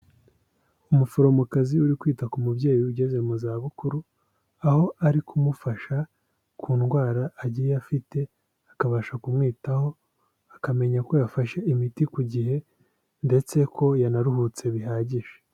Umuforomokazi uri kwita ku mubyeyi ugeze mu zabukuru, aho ari kumufasha ku ndwara agiye afite, akabasha kumwitaho, akamenya ko yafashe imiti ku gihe ndetse ko yanaruhutse bihagije.